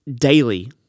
daily